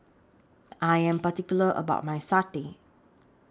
I Am particular about My Satay